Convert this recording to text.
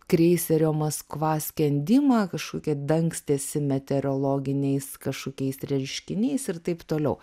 kreiserio maskva skendimą kažkokie dangstėsi meteorologiniais kažkokiais reiškiniais ir taip toliau